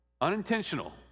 Unintentional